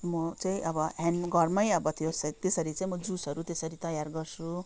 म चाहिँ अब ह्यान्ड घरमै अब त्यो त्यस त्यसरी चाहिँ जुसहरू त्यसरी तयार गर्छु